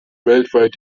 weltweit